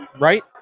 Right